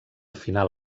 final